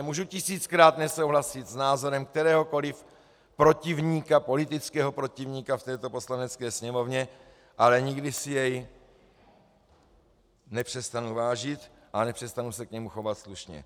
Můžu tisíckrát nesouhlasit s názorem kteréhokoliv protivníka, politického protivníka v této Poslanecké sněmovně, ale nikdy si jej nepřestanu vážit a nepřestanu se k němu chovat slušně.